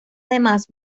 además